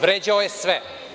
Vređao je sve.